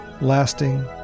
lasting